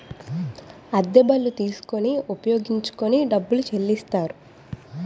అద్దె బళ్ళు తీసుకొని ఉపయోగించుకొని డబ్బులు చెల్లిస్తారు